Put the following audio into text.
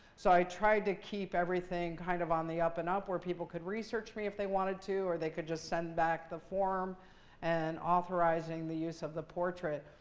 so i tried to keep everything kind of on the up and up where people could research me if they wanted to. or they could just send back the form and authorizing the use of the portrait.